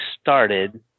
started